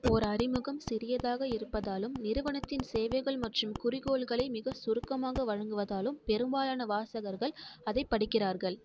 ஓர் அறிமுகம் சிறியதாக இருப்பதாலும் நிறுவனத்தின் சேவைகள் மற்றும் குறிக்கோள்களை மிகச் சுருக்கமாக வழங்குவதாலும் பெரும்பாலான வாசகர்கள் அதைப் படிக்கிறார்கள்